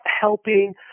helping